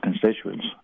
constituents